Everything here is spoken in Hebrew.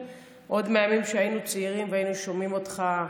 עוד מהימים שהיינו צעירים ושומעים אותך,